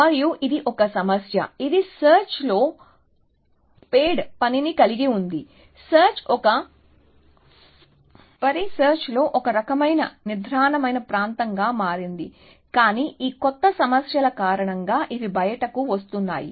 మరియు ఇది ఒక సమస్య ఇది సెర్చ్ లో స్పేడ్ పనిని కలిగి ఉంది సెర్చ్ ఒక పరిసెర్చ్ లో ఒక రకమైన నిద్రాణమైన ప్రాంతంగా మారింది కానీ ఈ కొత్త సమస్యల కారణంగా ఇవి బయటకు వస్తున్నాయి